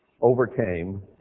overcame